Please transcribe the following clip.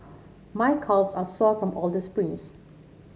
my calves are sore from all the sprints